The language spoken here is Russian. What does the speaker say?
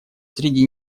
среди